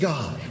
God